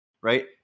right